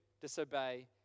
disobey